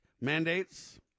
mandates